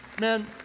Man